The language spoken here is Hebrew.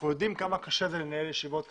אנחנו יודעים כמה קשה לנהל ישיבות כך,